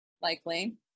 likely